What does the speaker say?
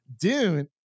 dune